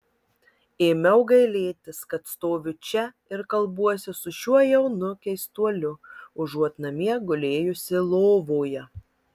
ėmiau gailėtis kad stoviu čia ir kalbuosi su šiuo jaunu keistuoliu užuot namie gulėjusi lovoje